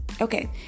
okay